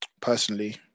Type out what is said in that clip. personally